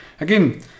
again